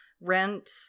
rent